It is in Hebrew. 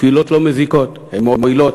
תפילות לא מזיקות, הן מועילות.